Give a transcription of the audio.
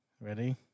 Ready